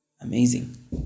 Amazing